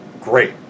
great